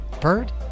Bird